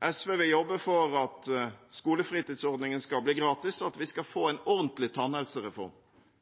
SV vil jobbe for at skolefritidsordningen skal bli gratis, og at vi skal få en ordentlig tannhelsereform